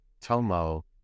Tomo